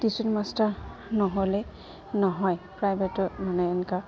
tuition master নহ'লে নহয় প্ৰাইভেটৰ মানে এনেকা